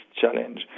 challenge